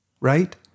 right